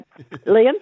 Liam